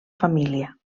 família